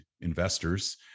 investors